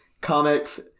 comics